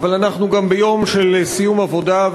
אבל אנחנו גם ביום של סיום עבודה,